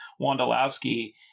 Wondolowski